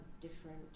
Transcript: different